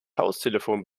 haustelefon